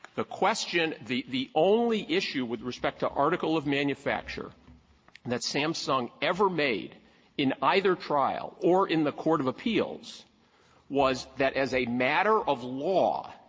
the question the the only issue with respect to article of manufacture that samsung ever made in either trial or in the court of appeals was that, as a matter of law